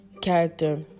character